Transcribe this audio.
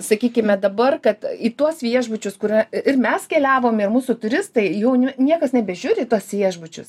sakykime dabar kad į tuos viešbučius kuria į ir mes keliavom ir mūsų turistai jų niu niekas nebežiūri į tuos viešbučius